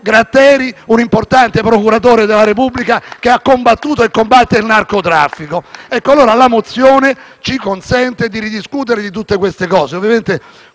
Gratteri, un importante procuratore della Repubblica, che ha combattuto e combatte il narcotraffico. *(Applausi dal Gruppo FI-BP)*. La mozione ci consente di ridiscutere di tutte queste cose.